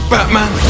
Batman